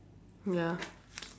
ya